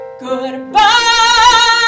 Goodbye